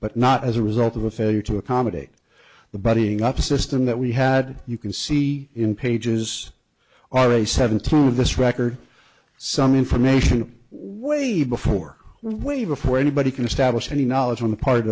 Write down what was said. but not as a result of a failure to accommodate the buddying up a system that we had you can see in pages or a seventeen of this record some information was before way before anybody can establish any knowledge on the part